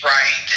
Right